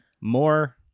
more